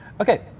Okay